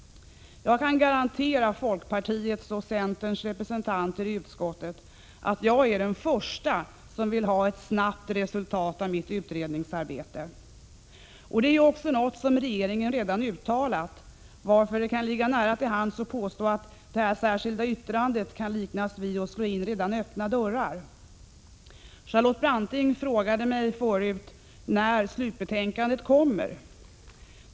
Jag kan garantera folkpartiets och centerns representanter i utskottet att jag är den första som vill ha ett snabbt resultat av mitt utredningsarbete. Det är ju också något som regeringen redan uttalat sig för, varför det kan ligga nära till hands att påstå att det särskilda yttrandet kan liknas vid att slå in redan öppna dörrar. Charlotte Branting frågade mig tidigare när slutbetänkandet kommer.